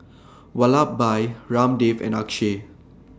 Vallabhbhai Ramdev and Akshay